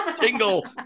Tingle